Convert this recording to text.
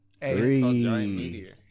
Three